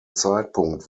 zeitpunkt